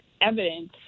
evidence